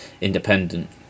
independent